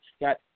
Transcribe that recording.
Got